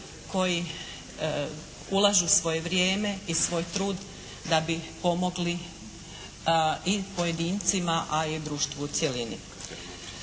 koji ulažu svoje vrijeme i svoj trud da bi pomogli i pojedincima, a i društvu u cjelini.